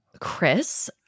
Chris